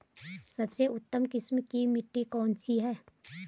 सबसे उत्तम किस्म की मिट्टी कौन सी है?